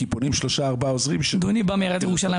כי פונים שלושה-ארבעה עוזרים שלו --- אדוני בא מעיריית ירושלים,